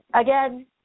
Again